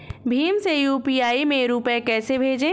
भीम से यू.पी.आई में रूपए कैसे भेजें?